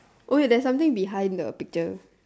oh wait there's something behind the picture